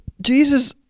Jesus